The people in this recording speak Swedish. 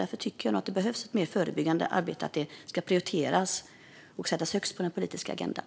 Därför tycker jag att det behövs mer förebyggande arbete och att detta ska prioriteras och sättas högst på den politiska agendan.